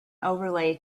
overlay